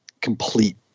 complete